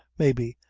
maybe,